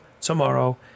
tomorrow